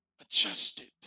Adjusted